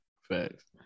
Facts